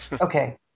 okay